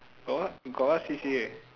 got what got what C_C_A